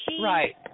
Right